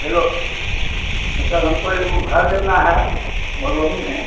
hello sir हमको एगो घर लेना है मधुबनीमे